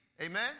Amen